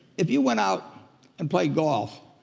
if you went out and played golf,